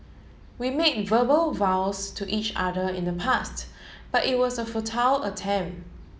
we made verbal vows to each other in the past but it was a futile attempt